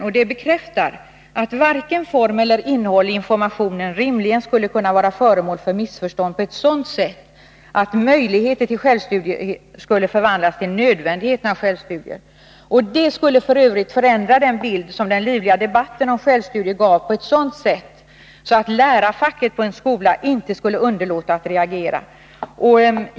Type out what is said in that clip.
Därvid har vi fått bekräftat att varken form eller innehåll i informationen rimligen skulle kunna vara föremål för missförstånd på ett sådant sätt att ”möjligheter till” självstudier skulle kunna uppfattas som ”nödvändigheten av” självstudier. Det skulle f. ö. förändra bilden av den debatt som förts om självstudieval på ett sådant sätt, att lärarfacket på en skola inte skulle kunna underlåta att reagera.